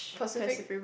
Pacific